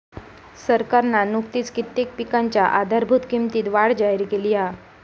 सरकारना नुकतीच कित्येक पिकांच्या आधारभूत किंमतीत वाढ जाहिर केली हा